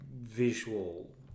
visual